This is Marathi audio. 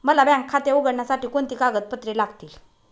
मला बँक खाते उघडण्यासाठी कोणती कागदपत्रे लागतील?